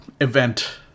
event